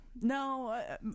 no